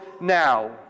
now